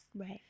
Right